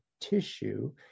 tissue